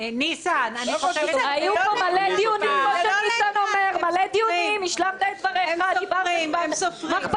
היו פה מלא דיונים, השלמת את דבריך מה אכפת לך?